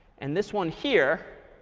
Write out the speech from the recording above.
and this one here